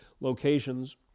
locations